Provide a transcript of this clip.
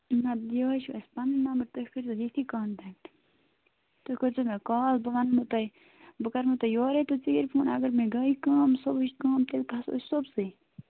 نہَ یِہَے چھُ اَسہِ پَنٕنۍ نمبر تُہۍ کٔرۍزیٚو یٚتی کَنٹیکٹ تُہۍ کٔرۍزیٚو مےٚ کال بہٕ وَنمو تۄہہِ بہٕ کَرہو تۄہہِ یوٚرٕے تۄہہِ ژیٖرۍ فون اگر مےٚ گٔے کٲم صُبحٕچ کٲم تیٚلہِ کھسو أسۍ صبحسٕے